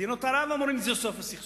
מדינות ערב אומרות שזה יהיה סוף הסכסוך.